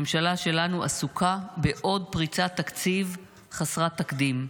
הממשלה שלנו עסוקה בעוד פריצת תקציב חסרת תקדים,